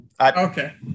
Okay